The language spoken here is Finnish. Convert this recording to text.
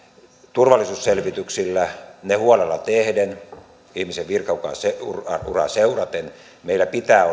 turvallisuusselvityksillä ne huolella tehden ihmisen virkauraa seuraten meillä pitää